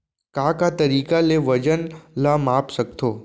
का का तरीक़ा ले वजन ला माप सकथो?